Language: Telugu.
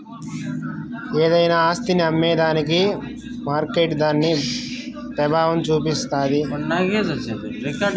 ఏదైనా ఆస్తిని అమ్మేదానికి మార్కెట్పై దాని పెబావం సూపిస్తాది